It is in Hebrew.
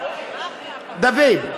דוד,